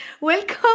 welcome